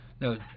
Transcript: No